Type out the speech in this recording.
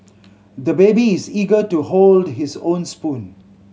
the baby is eager to hold his own spoon